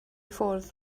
ffwrdd